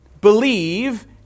Believe